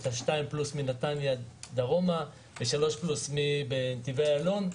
יש את השתיים פלוס מנתניה דרומה ושלוש פלוס מנתיבי איילון.